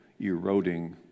eroding